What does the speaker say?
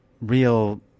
real